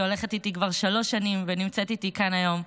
שהולכת איתי כבר שלוש שנים ונמצאת איתי כאן היום,